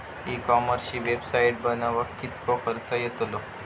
E कॉमर्सची website बनवक किततो खर्च येतलो?